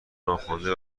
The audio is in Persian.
ناخوانده